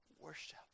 worship